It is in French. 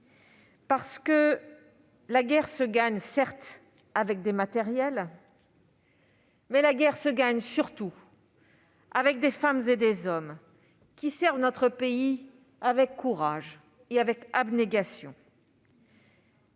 davantage : la guerre se gagne certes avec des matériels, mais elle se gagne surtout avec des femmes et des hommes servant notre pays avec courage et avec abnégation.